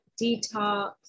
detox